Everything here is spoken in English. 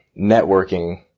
networking